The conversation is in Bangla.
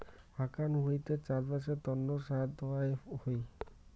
হাকান ভুঁইতে চাষবাসের তন্ন সার দেওয়া হই